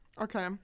okay